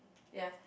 ya